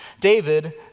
David